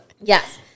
yes